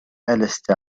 ألست